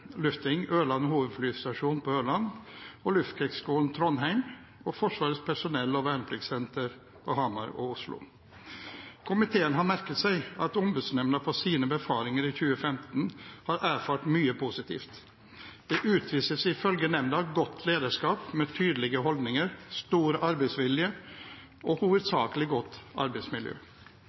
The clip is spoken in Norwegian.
Luftving, Ørland hovedflystasjon, Ørland Luftkrigsskolen, Trondheim Forsvarets personell- og vernepliktssenter, Hamar/Oslo Komiteen har merket seg at Ombudsmannsnemnda på sine befaringer i 2015 har erfart mye positivt. Det utvises ifølge nemnda godt lederskap med tydelige holdninger, stor arbeidsvilje og hovedsakelig godt arbeidsmiljø.